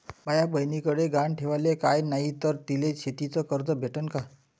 माया बयनीकडे गहान ठेवाला काय नाही तर तिले शेतीच कर्ज भेटन का?